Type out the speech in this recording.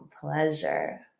pleasure